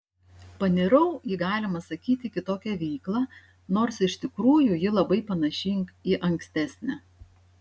panirau į galima sakyti kitokią veiklą nors iš tikrųjų ji labai panaši į ankstesnę